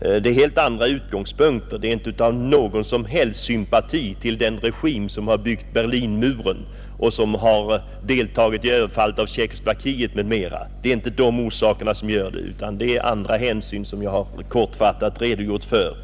Jag gör det från helt andra utgångspunkter — inte av någon som helst sympati för den kommunistdiktatur som har byggt upp Berlinmuren och som har deltagit i överfallet på Tjeckoslovakien. Anledningen till min uppfattning är de hänsyn som jag kortfattat har redogjort för.